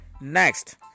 Next